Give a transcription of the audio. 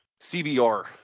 CBR